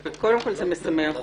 קודם כול, זה משמח אותי.